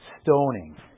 Stoning